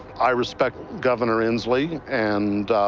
i respect governor inslee, and,